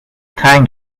تنگ